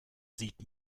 sieht